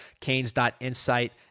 canes.insight